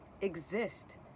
exist